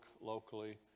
locally